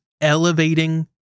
elevating